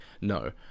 no